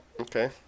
Okay